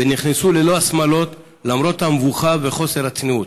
ונכנסו ללא השמלות, למרות המבוכה וחוסר הצניעות.